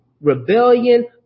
rebellion